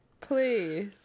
Please